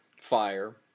fire